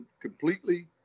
completely